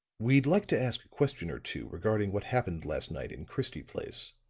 we'd like to ask a question or two regarding what happened last night in christie place.